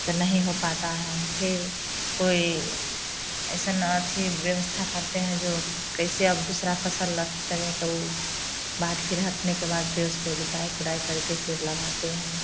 तो नहीं हो पता है फिर कोई ऐसी अच्छी व्यवस्था करते हैं जो कैसे अब दूसरा फसल अच्छी करें तो बाढ़ फिर हटने के बाद फिर उसको कोटे खुदाई करके फिर लगाते हैं